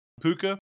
Puka